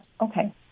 okay